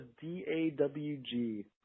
d-a-w-g